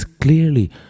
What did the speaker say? clearly